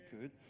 good